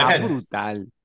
brutal